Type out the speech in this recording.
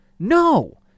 No